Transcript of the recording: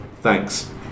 Thanks